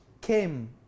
came